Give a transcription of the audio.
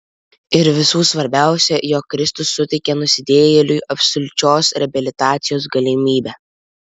ir visų svarbiausia jog kristus suteikė nusidėjėliui absoliučios reabilitacijos galimybę